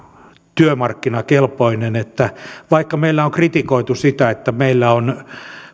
työmarkkinakelpoinen vaikka meillä on kritikoitu sitä että meillä on